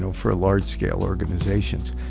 so for a large scale organizations,